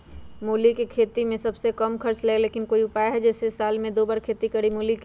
मूली के खेती में सबसे कम खर्च लगेला लेकिन कोई उपाय है कि जेसे साल में दो बार खेती करी मूली के?